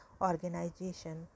organization